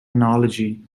analogy